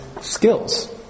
skills